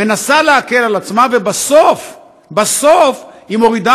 מנסה להקל על עצמה ובסוף היא מורידה